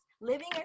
Living